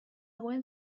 went